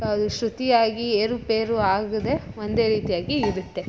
ಶ್ರುತಿಯಾಗಿ ಏರುಪೇರು ಆಗದೆ ಒಂದೇ ರೀತಿಯಾಗಿ ಇರುತ್ತೆ